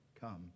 come